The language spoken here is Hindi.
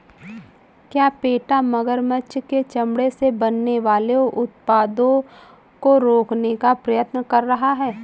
क्या पेटा मगरमच्छ के चमड़े से बनने वाले उत्पादों को रोकने का प्रयत्न कर रहा है?